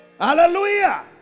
hallelujah